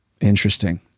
Interesting